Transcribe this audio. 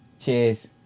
Cheers